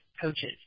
coaches